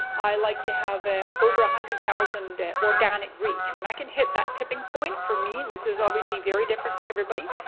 i like to have ah over one hundred thousand organic reach. when i can hit that tipping point, for me, this is obviously very different for everybody.